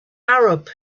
arab